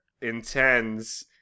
intends